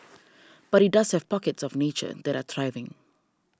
but it does have pockets of nature that are thriving